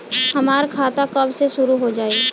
हमार खाता कब से शूरू हो जाई?